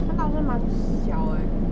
one thousand 蛮小 eh